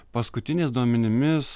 paskutiniais duomenimis